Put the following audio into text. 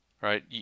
right